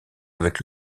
avec